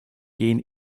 gehen